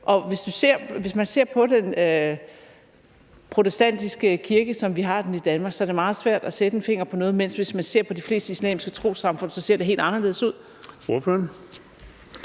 Og hvis man ser på den protestantiske kirke, som vi har i Danmark, er det meget svært at sætte en finger på noget, mens det, hvis man ser på de fleste islamiske trossamfund, ser helt anderledes ud.